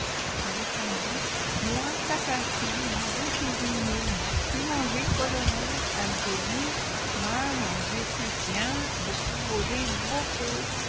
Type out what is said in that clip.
ii répondit moi pas pati moi bon cuisinié moi fait mangé colonel algéie moi mangé pussiens beaucoup volé beaucoup